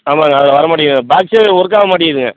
ஆமாங்க அது வர மாட்டேங்கிது பாக்ஸே ஒர்க் ஆக மாட்டேங்கிதுங்க